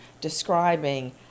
describing